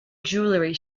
jewelery